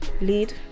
Lead